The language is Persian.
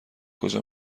کجا